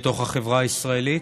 בתוך החברה הישראלית,